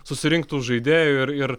susirinkt tų žaidėjų ir ir